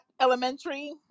Elementary